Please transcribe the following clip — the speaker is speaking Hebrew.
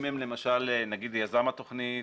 אם הם למשל יזם התוכנית,